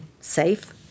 safe